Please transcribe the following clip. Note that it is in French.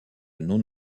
non